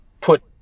put